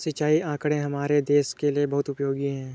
सिंचाई आंकड़े हमारे देश के लिए बहुत उपयोगी है